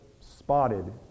spotted